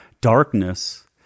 Darkness